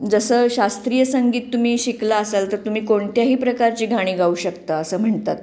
जसं शास्त्रीय संगीत तुम्ही शिकला असाल तर तुम्ही कोणत्याही प्रकारची गाणी गाऊ शकता असं म्हणतात